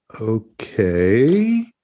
okay